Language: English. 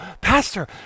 pastor